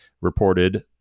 reported